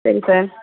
சரி சார்